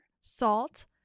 salt